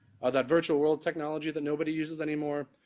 that virtual world technology that nobody uses anymore,